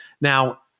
Now